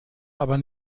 aber